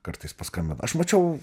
kartais paskambina aš mačiau